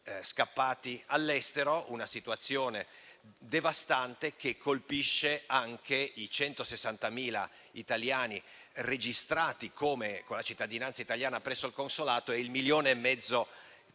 scappate all'estero: una situazione devastante che colpisce anche i 160.000 registrati con la cittadinanza italiana presso il consolato e il milione e mezzo di